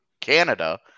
Canada